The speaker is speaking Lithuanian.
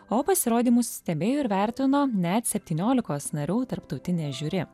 o pasirodymus stebėjo ir vertino net septyniolikos narių tarptautinė žiuri